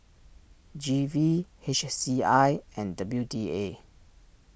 G V H C I and W D A